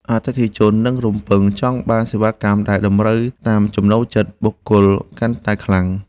អតិថិជននឹងរំពឹងចង់បានសេវាកម្មដែលតម្រូវតាមចំណូលចិត្តបុគ្គលកាន់តែខ្លាំង។